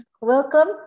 Welcome